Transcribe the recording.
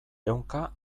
ehunka